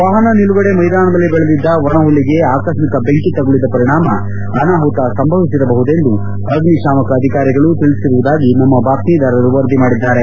ವಾಹನ ನಿಲುಗಡೆ ಮೈದಾನದಲ್ಲಿ ಬೆಳೆದಿದ್ದ ಒಣ ಹುಲ್ಲಿಗೆ ಆಕಸ್ಟಿಕ ಬೆಂಕಿ ತಗುಲಿದ ಪರಿಣಾಮ ಅನಾಹುತ ಸಂಭವಿಸಿರಬಹುದೆಂದು ಅಗ್ನಿಶಾಮಕ ಅಧಿಕಾರಿಗಳು ತಿಳಿಸಿರುವುದಾಗಿ ನಮ್ಮ ಬಾತ್ತೀದಾರರು ವರದಿ ಮಾಡಿದ್ದಾರೆ